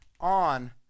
on